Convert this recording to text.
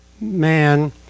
man